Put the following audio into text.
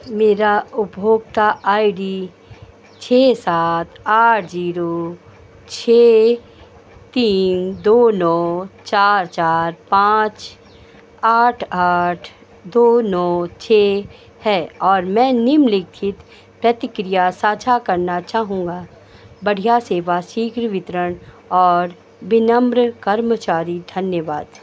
मेरा उपभोक्ता I D छह सात आठ ज़ीरो छह तीन दो नौ चार चार पाँच आठ आठ दो नौ छह है और मैं निम्नलिखित प्रतिक्रिया साझा करना चाहूँगा बढ़ियाँ सेवा शीघ्र वितरण और विनम्र कर्मचारी धन्यवाद